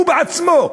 הוא בעצמו.